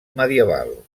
medieval